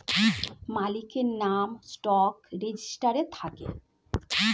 মালিকের নাম স্টক রেজিস্টারে থাকে